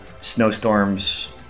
Snowstorms